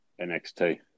NXT